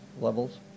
levels